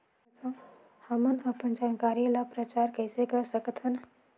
हमन अपन जानकारी ल प्रचार कइसे कर सकथन?